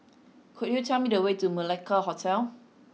could you tell me the way to Malacca Hotel